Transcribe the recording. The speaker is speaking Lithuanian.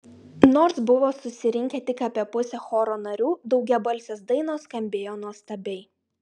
nors buvo susirinkę tik apie pusė choro narių daugiabalsės dainos skambėjo nuostabiai